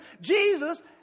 Jesus